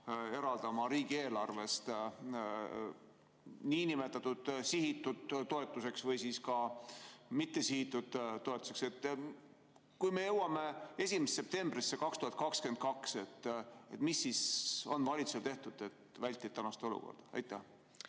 eraldama riigieelarvest niinimetatud sihitud toetuseks või ka mittesihitud toetuseks? Kui me jõuame 1. septembrisse 2022, mis siis on valitsusel tehtud, et vältida tänast olukorda? Aitäh!